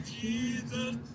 Jesus